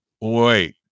wait